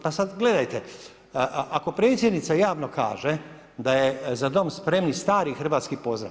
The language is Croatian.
Pa sada gledajte, ako predsjednica javno kaže da je „Za dom spremni“ stari hrvatski pozdrav.